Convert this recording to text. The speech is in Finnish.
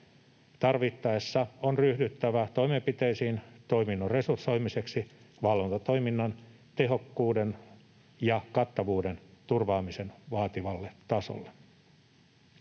Tarvittaessa on ryhdyttävä toimenpiteisiin toiminnan resursoimiseksi valvontatoiminnan tehokkuuden ja kattavuuden turvaamisen vaatimalle tasolle.